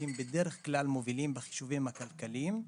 שהם בדרך כלל מובילים בחישובים הכלכליים.